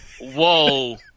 Whoa